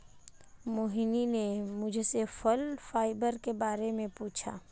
मोहिनी ने मुझसे फल फाइबर के बारे में पूछा